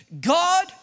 God